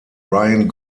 ryan